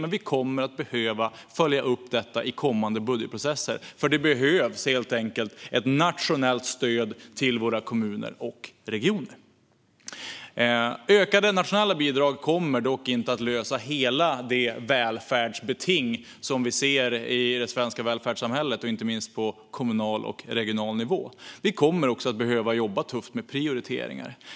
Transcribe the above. Men vi kommer att behöva följa upp detta i kommande budgetprocesser, för det behövs helt enkelt ett nationellt stöd till våra kommuner och regioner. Ökade nationella bidrag kommer dock inte att lösa hela välfärdsbetinget i det svenska välfärdssamhället på kommunal och regional nivå. Vi kommer också att behöva jobba tufft med prioriteringar.